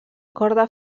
corda